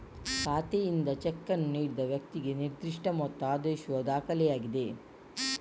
ಖಾತೆಯಿಂದ ಚೆಕ್ ಅನ್ನು ನೀಡಿದ ವ್ಯಕ್ತಿಗೆ ನಿರ್ದಿಷ್ಟ ಮೊತ್ತ ಆದೇಶಿಸುವ ದಾಖಲೆಯಾಗಿದೆ